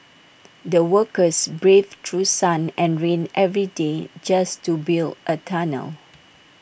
the workers braved through sun and rain every day just to build A tunnel